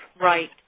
Right